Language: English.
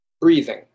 breathing